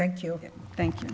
thank you thank you